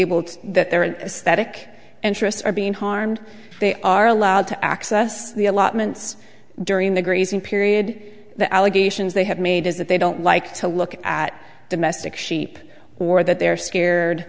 able to that they're in a static interests are being harmed they are allowed to access the allotments during the grazing period the allegations they have made is that they don't like to look at domestic sheep or that they're scared